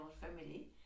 family